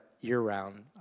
year-round